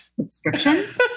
Subscriptions